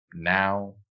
Now